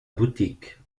boutique